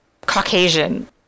Caucasian